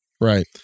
right